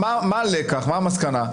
מה המסקנה?